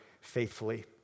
faithfully